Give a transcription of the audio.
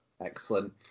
Excellent